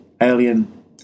alien